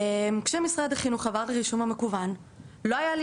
כשמשרד החינוך עבר לרישום המקוון לא הייתה לי